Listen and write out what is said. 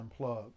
unplug